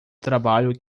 trabalho